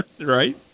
Right